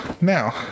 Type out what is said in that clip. Now